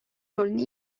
rolünü